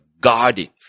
guarding